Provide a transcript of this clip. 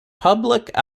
public